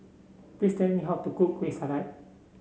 please tell me how to cook Kueh Salat